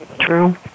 True